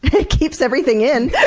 it keeps everything in!